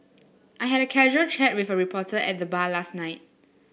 I had a casual chat with a reporter at the bar last night